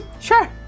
Sure